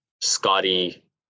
Scotty